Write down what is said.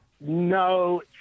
No